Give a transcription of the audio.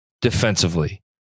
defensively